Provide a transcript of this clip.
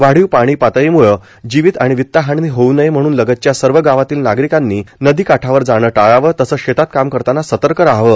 वाढीव पाणी पातळीमुळे जीवित आणि वित हानी होऊ नये म्हणून लगतच्या सर्व गावांतील नागरिकांनी नदी काठावर जाणे टाळावे तसेच शेतात काम करताना सतर्क राहावे